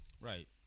Right